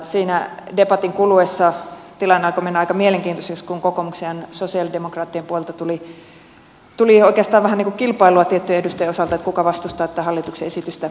siinä debatin kuluessa tilanne alkoi mennä aika mielenkiintoiseksi kun kokoomuksen ja sosialidemokraattien puolelta tuli oikeastaan vähän kilpailua tiettyjen edustajien osalta kuka vastustaa tätä hallituksen esitystä eniten